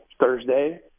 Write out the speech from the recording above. Thursday